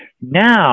now